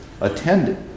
attended